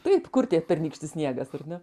taip kur tie pernykštis sniegas ar ne